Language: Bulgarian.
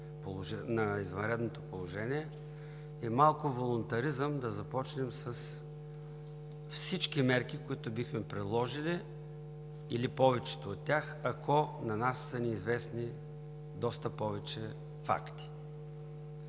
на извънредното положение е малко волунтаризъм да започнем с всички мерки, които бихме приложили, или повечето от тях, ако на нас са ни известни доста повече факти.